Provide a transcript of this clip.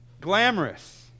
Glamorous